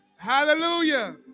Hallelujah